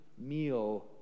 meal